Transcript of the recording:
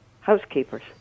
housekeepers